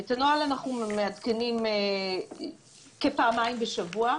את הנוהל אנחנו מעדכנים כפעמיים בשבוע.